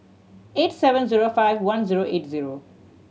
eight seven zero five one zero eight zero